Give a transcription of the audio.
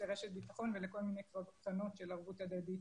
ורשת ביטחון לכל מיני קרנות של ערבות הדדית.